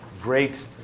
great